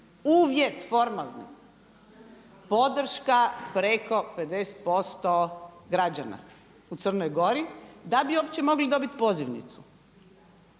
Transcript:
uvjet formalni podrška preko 50% građana u Crnoj Gori da bi uopće mogli dobiti pozivnicu